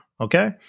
Okay